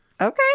okay